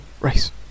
race